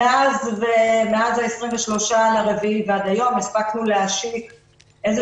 מאז ה-23/4 ועד היום הספקנו להשיק איזה